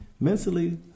mentally